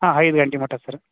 ಹಾಂ ಐದು ಗಂಟೆ ಮಟ್ಟ ಸರ್